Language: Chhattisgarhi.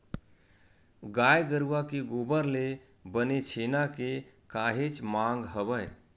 गाय गरुवा के गोबर ले बने छेना के काहेच मांग हवय